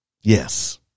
Yes